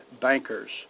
bankers